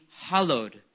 hallowed